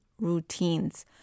routines